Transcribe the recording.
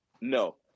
No